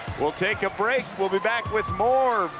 we'll take a break. we'll be back with more,